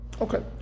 Okay